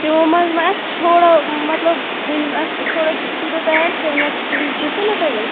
تِمو منٛز ما آسہِ تھوڑا مطلب وُنہِ آسہِ نہٕ تھوڑا تیوتاہ تیار کیٚنٛہہ نیٚکٕسٹ ویٖک دۄپوٕ نا تۄہہِ وۄنۍ